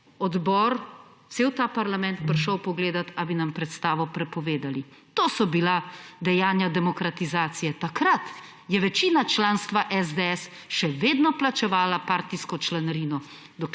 je cel ta parlament prišel pogledat, ali bi nam predstavo prepovedali. To so bila dejanja demokratizacije. Takrat je večina članstva SDS še vedno plačevala partijsko članarino,